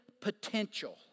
potential